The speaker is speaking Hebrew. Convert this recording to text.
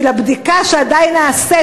של הבדיקה שעדיין נעשית,